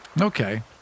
Okay